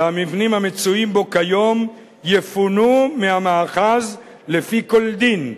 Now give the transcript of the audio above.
והמבנים המצויים בו כיום יפונו מהמאחז לפי כל דין.